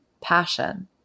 passion